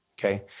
Okay